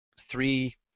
three